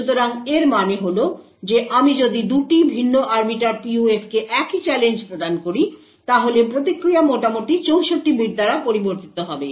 সুতরাং এর মানে হল যে আমি যদি 2টি ভিন্ন আরবিটার PUF কে একই চ্যালেঞ্জ প্রদান করি তাহলে প্রতিক্রিয়া মোটামুটি 64 বিট দ্বারা পরিবর্তিত হবে